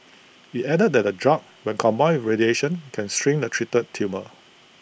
IT added that the drug when combined radiation can shrink the treated tumour